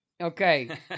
Okay